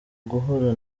guhura